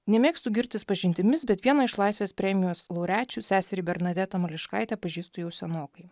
nemėgstu girtis pažintimis bet vieną iš laisvės premijos laureačių seserį bernadetą mališkaitę pažįstu jau senokai